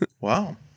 Wow